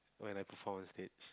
when I perform on stage